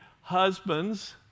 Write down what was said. husbands